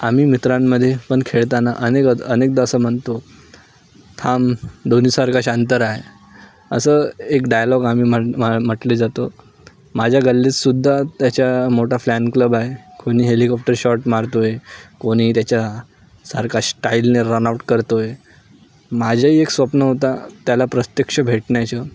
आम्ही मित्रांमध्ये पण खेळताना अनेक अनेकदा असं म्हणतो थांब धोनीसारखा शांत राहा असं एक डायलॉग आम्ही म्ह म्ह म्हटले जातो माझ्या गल्लीतसुद्धा त्याच्या मोठा फ्लॅन क्लब आहे कोणी हेलिकॉप्टर शॉट मारतोय कोणी त्याच्यासारखा स्टाईलने रन आउट करतो आहे माझंही एक स्वप्न होता त्याला प्रत्यक्ष भेटण्याचं